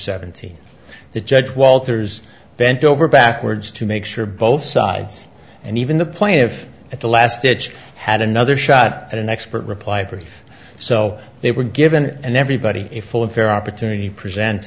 seventeen the judge walters bent over backwards to make sure both sides and even the plaintiff at the last stage had another shot at an expert reply brief so they were given and everybody a full and fair opportunity present